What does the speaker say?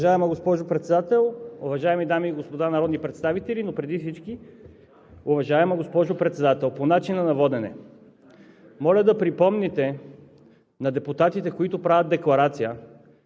Уважаема госпожо Председател, уважаеми дами и господа народни представители! Но преди всички, уважаема госпожо Председател, по начина на водене: моля да припомните на депутатите, които правят декларация,